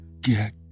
Get